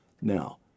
Now